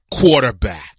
quarterback